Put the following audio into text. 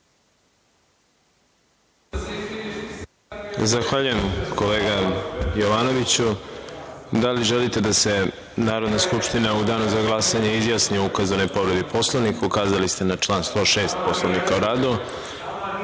Zahvaljujem, kolega Jovanoviću. Da li želite da se Narodna skupština u Danu za glasanje izjasni o ukazanoj povredi Poslovnika? (Ne) Ukazali ste na član 106. Poslovnika o